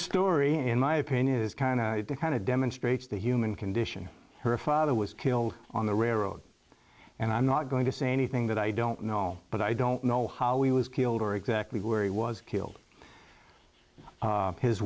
story in my opinion is kind of kind of demonstrates the human condition her father was killed on the railroad and i'm not going to say anything that i don't know but i don't know how he was killed or exactly where he was killed